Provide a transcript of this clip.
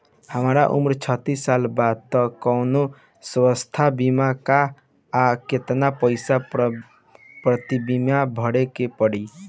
हमार उम्र छत्तिस साल बा त कौनों स्वास्थ्य बीमा बा का आ केतना पईसा प्रीमियम भरे के पड़ी?